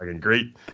great